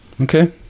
Okay